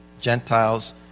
Gentiles